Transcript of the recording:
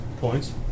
points